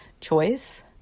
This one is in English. choice